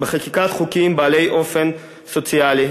בחקיקת חוקים בעלי אופי סוציאלי,